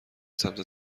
سمت